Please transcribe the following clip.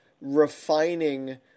refining